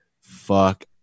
fuck